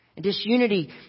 Disunity